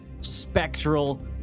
spectral